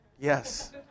Yes